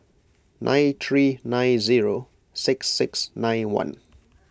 nine three nine zero six six nine one